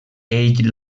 ell